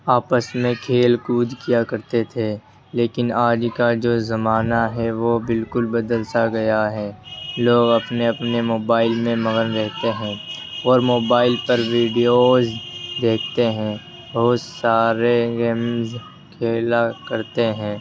آپس میں کھیل کود کیا کرتے تھے لیکن آج کا جو زمانہ ہے وہ بالکل بدل سا گیا ہے لوگ اپنے اپنے موبائل میں مگن رہتے ہیں اور موبائل پر ویڈیوز دیکھتے ہیں بہت سارے گیمس کھیلا کرتے ہیں